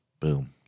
Boom